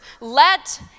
let